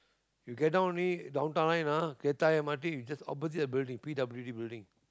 you get down only Downtown Line ah kreta-ayer m_r_t is just opposite the building p_w_b building